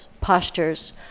postures